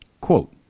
Quote